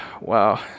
Wow